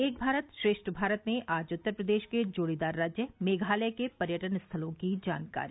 एक भारत श्रेष्ठ भारत में आज उत्तर प्रदेश के जोड़ीदार राज्य मेघालय के पर्यटन स्थलों की जानकारी